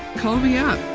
call me up